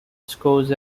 scores